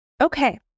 Okay